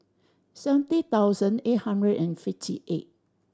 seventy thousand eight hundred and fifty eight